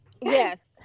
Yes